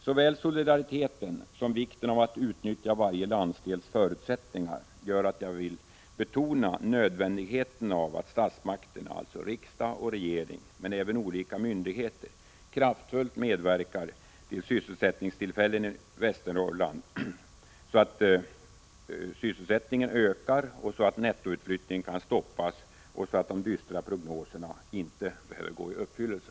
Såväl solidariteten som vikten av att utnyttja varje landsdels förutsättningar gör att jag vill betona nödvändigheten av att statsmakterna — alltså riksdag och regering liksom även olika myndigheter — kraftfullt medverkar till att antalet sysselsättningstillfällen i Västernorrland ökar, så att nettoutflyttningen kan stoppas och så att de dystra prognoserna inte behöver gå i uppfyllelse.